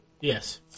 Yes